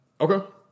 Okay